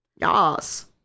yes